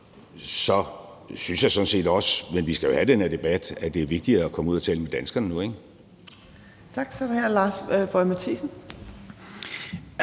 synes jeg sådan set også – men vi skal jo have den her debat – at det er vigtigere at komme ud at tale med danskerne nu, ikke? Kl. 19:57 Anden